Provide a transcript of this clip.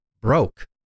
broke